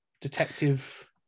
Detective